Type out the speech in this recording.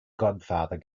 godfather